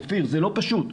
אופיר, זה לא פשוט.